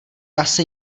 asi